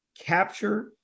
capture